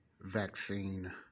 vaccine